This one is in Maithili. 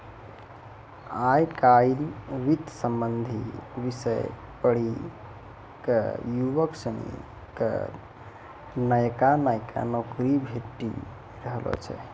आय काइल वित्त संबंधी विषय पढ़ी क युवक सनी क नयका नयका नौकरी भेटी रहलो छै